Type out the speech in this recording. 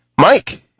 Mike